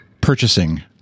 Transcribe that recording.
purchasing